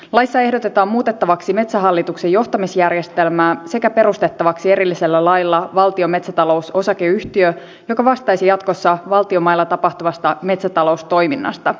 laissa ehdotetaan muutettavaksi metsähallituksen johtamisjärjestelmää sekä perustettavaksi erillisellä lailla valtion metsätalous osakeyhtiö joka vastaisi jatkossa valtion mailla tapahtuvasta metsätaloustoiminnasta